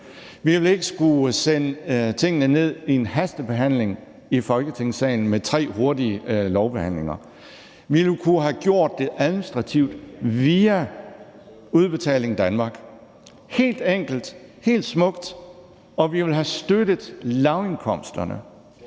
Vi ville ikke skulle sende tingene til hastebehandling i Folketingssalen med tre hurtige lovbehandlinger. Vi ville kunne have gjort det administrativt via Udbetaling Danmark, helt enkelt og helt smukt, og vi ville have støttet lavindkomsterne